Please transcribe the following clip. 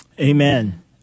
Amen